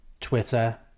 twitter